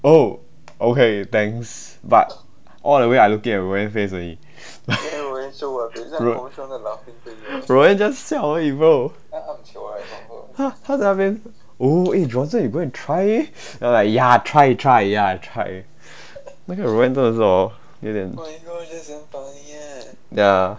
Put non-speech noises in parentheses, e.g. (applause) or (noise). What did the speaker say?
oh okay thanks but all the way I looking at roanne face only (laughs) roanne just 笑而已 bro 她他的 face oh eh johnson you go and try eh then I'm like ya try try ya try (laughs) 那个 roanne 真的是 hor 有点 ya